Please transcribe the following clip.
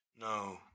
No